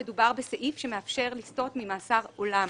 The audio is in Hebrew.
מדובר בסעיף שמאפשר לסטות ממאסר עולם.